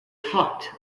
hot